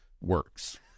works